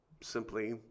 simply